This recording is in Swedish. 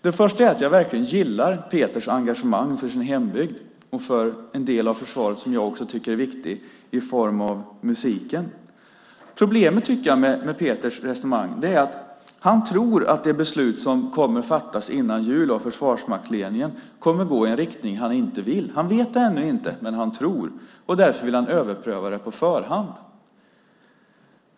Det första är att jag verkligen gillar Peters engagemang för sin hembygd och för en del av försvaret som jag också tycker är viktig, nämligen musiken. Problemet med Peters resonemang tycker jag är att han tror att det beslut som kommer att fattas före jul av försvarsmaktsledningen kommer att gå i en riktning som han inte vill. Han vet ännu inte, men han tror, och därför vill han överpröva beslutet på förhand.